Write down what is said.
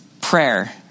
prayer